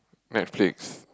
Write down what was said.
Netflix